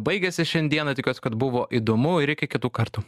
baigėsi šiandieną tikiuos kad buvo įdomu ir iki kitų kartų